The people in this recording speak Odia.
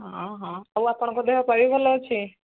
ହଁ ହଁ ଆଉ ଆପଣଙ୍କ ଦେହ ପା ବି ଭଲ ଅଛି